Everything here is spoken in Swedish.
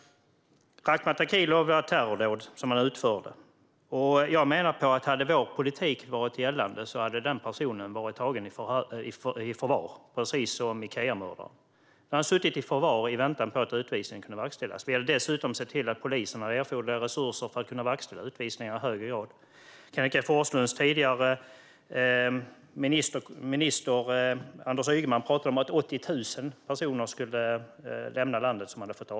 Rakhmat Akilov utförde ett terrordåd. Om vår politik hade varit gällande hade, menar jag, den personen varit tagen i förvar, precis som Ikeamördaren. Han hade suttit i förvar i väntan på att utvisning kunde verkställas. Vi hade dessutom sett till att ge polisen erforderliga resurser för att kunna verkställa utvisningar i högre grad. Kenneth G Forslunds tidigare minister Anders Ygeman talade om att 80 000 personer som fått avslag skulle lämna landet.